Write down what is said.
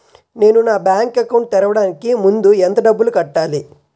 నేను నా bank account తెరవడానికి ముందు ఎంత డబ్బులు కట్టాలి?